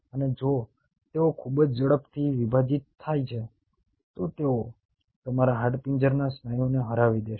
અને જો તેઓ ખૂબ જ ઝડપથી વિભાજીત થાય છે તો તેઓ તમારા હાડપિંજરના સ્નાયુને હરાવી દેશે